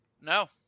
no